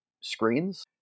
screens